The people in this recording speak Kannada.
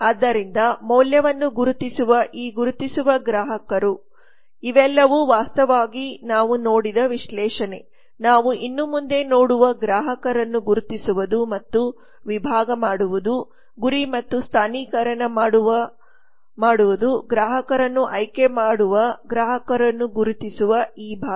ಆದ್ದರಿಂದ ಮೌಲ್ಯವನ್ನು ಗುರುತಿಸುವ ಈ ಗುರುತಿಸುವ ಗ್ರಾಹಕರು ಇವೆಲ್ಲವೂ ವಾಸ್ತವವಾಗಿ ನಾವು ನೋಡಿದ ವಿಶ್ಲೇಷಣೆ ನಾವು ಇನ್ನು ಮುಂದೆ ನೋಡುವಗ್ರಾಹಕರನ್ನು ಗುರುತಿಸುವುದು ಮತ್ತು ವಿಭಾಗ ಗುರಿ ಮತ್ತು ಸ್ಥಾನೀಕರಣ ಮಾಡುವ ಗ್ರಾಹಕರನ್ನು ಆಯ್ಕೆ ಮಾಡುವ ಗ್ರಾಹಕರನ್ನು ಗುರುತಿಸುವ ಈ ಭಾಗ